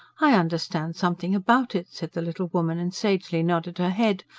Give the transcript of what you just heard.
i understand something about it, said the little woman, and sagely nodded her head.